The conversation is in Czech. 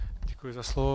Děkuji za slovo.